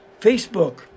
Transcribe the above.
Facebook